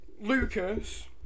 ...Lucas